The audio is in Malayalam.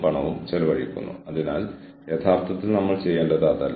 പോളിസികൾ രൂപീകരിക്കുന്നതിന് ജീവനക്കാർ സമ്മതിക്കേണ്ടതുണ്ട്